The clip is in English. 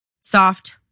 Soft